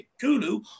Kulu